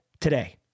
today